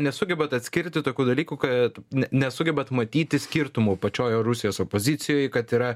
nesugebat atskirti tokių dalykų kad nesugebat matyti skirtumo pačioje rusijos opozicijoj kad yra